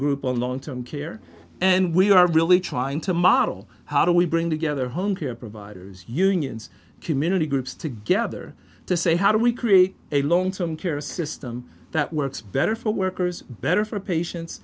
group on long term care and we are really trying to model how do we bring together home care providers unions community groups together to say how do we create a long term care system that works better for workers better for patients